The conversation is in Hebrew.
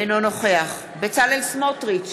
אינו נוכח בצלאל סמוטריץ,